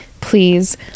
please